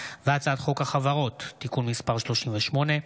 הצעת חוק החברות (תיקון מס' 38),